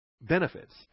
benefits